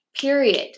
period